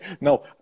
No